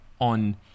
on